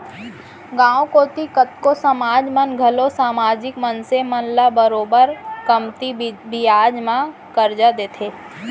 गॉंव कोती कतको समाज मन घलौ समाजिक मनसे मन ल बरोबर कमती बियाज म करजा देथे